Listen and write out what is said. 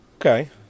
Okay